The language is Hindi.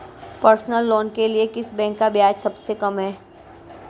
पर्सनल लोंन के लिए किस बैंक का ब्याज सबसे कम है?